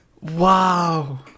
wow